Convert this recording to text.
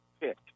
pick